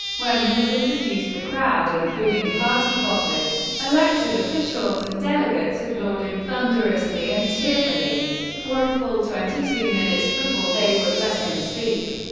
when he was introduced, the crowd, including party bosses, elected officials, and delegates, applauded thunderously and tearfully for a full twenty two minutes before they would let him speak.